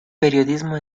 periodismo